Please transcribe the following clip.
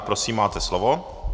Prosím, máte slovo.